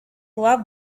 love